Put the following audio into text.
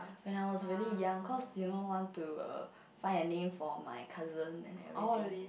when I was really young cause you know want to err find a name for my cousin and everything